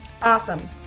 Awesome